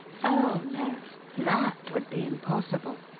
oh, no that would be impossible.